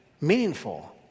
meaningful